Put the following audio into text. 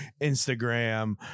Instagram